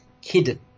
hidden